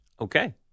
Okay